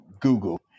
Google